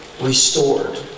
restored